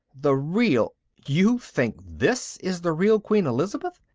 the real you think this is the real queen elizabeth?